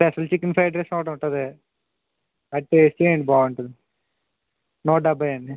special chicken fried rice ఒకటుంటుంది అది taste చెయ్యండి బాగుంటుంది నూట డెబ్భై అండి